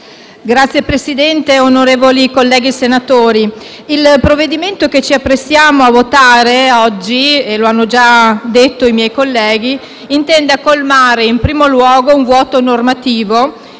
Signor Presidente, onorevoli colleghi senatori, il provvedimento che ci apprestiamo a votare oggi, come hanno già detto i colleghi, intende in primo luogo colmare un vuoto normativo,